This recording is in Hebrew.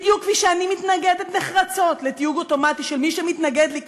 בדיוק כפי שאני מתנגדת נחרצות לתיוג אוטומטי של מי שמתנגד לי כפאשיסט,